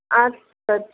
আচ্ছা আচ্ছা